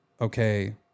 Okay